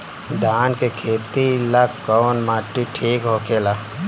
धान के खेती ला कौन माटी ठीक होखेला?